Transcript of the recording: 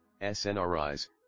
SNRIs